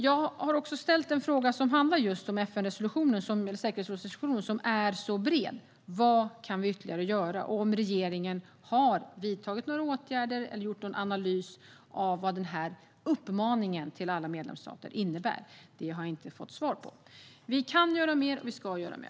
Jag har ställt en fråga som handlar om just FN:s säkerhetsrådsresolution, som är så bred. Vad kan vi ytterligare göra? Har regeringen vidtagit några åtgärder eller gjort någon analys av vad uppmaningen till alla medlemsstater innebär? Det har jag inte fått svar på. Vi kan göra mer, och vi ska göra mer.